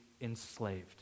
enslaved